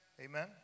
Amen